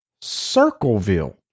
Circleville